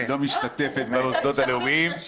בקשת יושבת-ראש הוועדה המיוחדת לנגיף הקורונה החדש